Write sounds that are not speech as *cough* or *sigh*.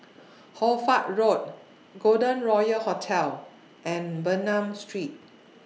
*noise* Hoy Fatt Road Golden Royal Hotel and Bernam Street